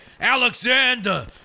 Alexander